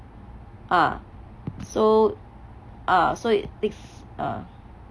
uh so uh so it's uh